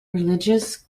religious